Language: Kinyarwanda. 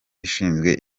ishinzwe